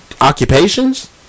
occupations